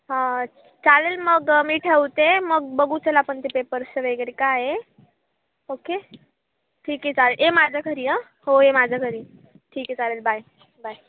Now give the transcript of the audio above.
हा चालेल मग मी ठेवते मग बघू चल आपण ते पेपर्स वगैरे काय आहे ओके ठीक आहे चालेल ए माझ्या घरी ये आं हो ये माझ्या घरी ठीक आहे चालेल बाय बाय